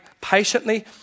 patiently